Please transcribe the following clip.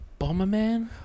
Bomberman